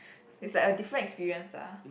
it's like a different experience uh